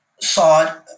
side